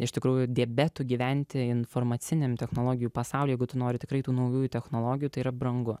iš tikrųjų diabetu gyventi informaciniam technologijų pasauly jeigu tu nori tikrai tų naujųjų technologijų tai yra brangu